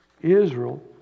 Israel